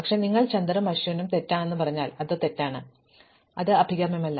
പക്ഷേ നിങ്ങൾ ചന്ദറും അശ്വും തെറ്റാണെന്ന് പറഞ്ഞാൽ അത് തെറ്റാണ് പക്ഷേ അഭികാമ്യമല്ല